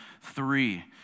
three